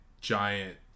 giant